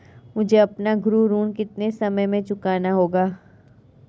मुझे अपना गृह ऋण कितने समय में चुकाना होगा?